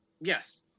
yes